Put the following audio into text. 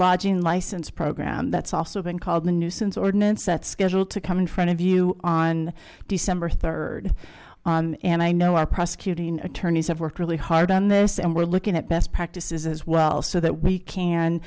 lodging license program that's also been called a nuisance ordinance that scheduled to come in front of you on december third and i know our prosecuting attorneys have worked really hard on this and we're looking at best practices as well so that we can